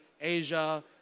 Asia